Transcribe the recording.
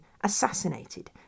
assassinated